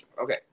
Okay